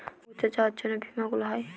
ঘুরতে যাবার জন্য বীমা গুলো হয়